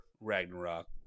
Ragnarok